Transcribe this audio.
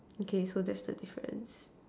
okay so that's the difference